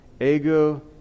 Ego